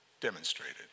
Demonstrated